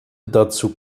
dazu